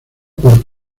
por